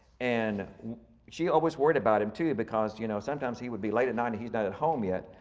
and she always worried about him too, because you know sometimes he would be late at night and he's not at home yet.